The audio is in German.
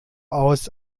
aus